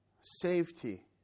safety